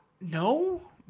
No